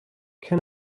can